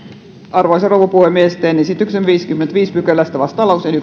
arvoisa rouva puhemies teen esityksen viidennestäkymmenennestäviidennestä pykälästä vastalauseen